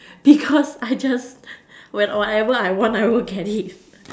because I just when whenever I want I will work for it